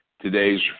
Today's